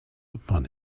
upon